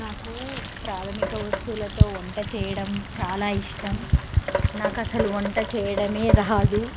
నాకు ప్రాథమిక వస్తువులతో వంట చేయడం చాలా ఇష్టం నాకు అసలు వంట చెయ్యడమే రాదు